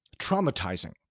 traumatizing